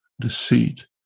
deceit